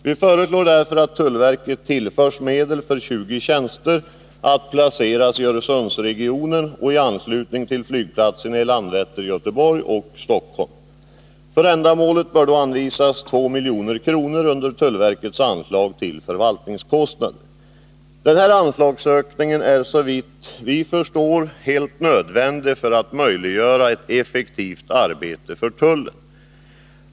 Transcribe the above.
Vi föreslår därför att tullverket tillförs medel för 20 tjänster, att placeras i Öresundsregionen och i anslutning till flygplatserna i Landvetter Göteborg och Stockholm. För ändamålet bör anvisas 2 milj.kr. under tullverkets anslag till förvaltningskostnader. Denna anslagsökning är såvitt vi förstår helt nödvändig för att tullen skall kunna göra ett effektivt arbete.